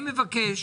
אני מבקש,